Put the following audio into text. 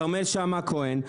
כרמל שאמה הכהן,